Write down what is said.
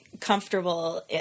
comfortable